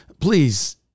please